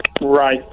right